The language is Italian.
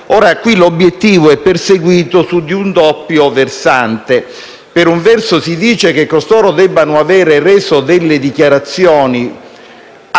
Qui l'obiettivo è perseguito su di un doppio versante. Per un verso, si dice che costoro debbano avere reso delle dichiarazioni